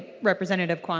representative